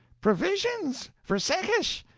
provisions for secesh,